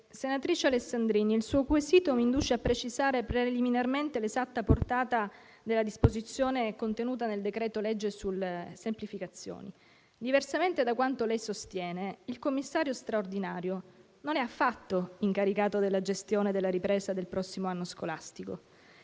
Senatrice Alessandrini, il suo quesito mi induce a precisare preliminarmente l'esatta portata della disposizione contenuta nel decreto-legge sulle semplificazioni. Diversamente da quanto sostiene, il commissario straordinario non è affatto incaricato della gestione della ripresa del prossimo anno scolastico.